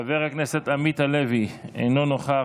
חבר הכנסת עמית הלוי, אינו נוכח,